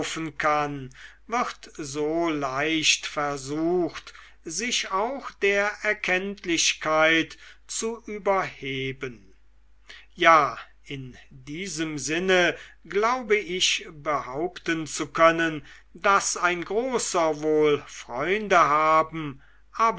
kann wird so leicht versucht sich auch der erkenntlichkeit zu überheben ja in diesem sinne glaube ich behaupten zu können daß ein großer wohl freunde haben